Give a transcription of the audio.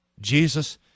Jesus